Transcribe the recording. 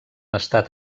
estat